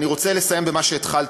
אני רוצה לסיים במה שהתחלתי,